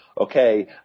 Okay